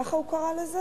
כך הוא קרא לזה?